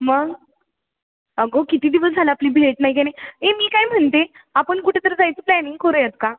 मग अगं किती दिवस झाला आपली भेट नाही का नाही ए मी काय म्हणते आपण कुठंतरी जायचं प्लॅनिंग करूयात का